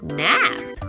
nap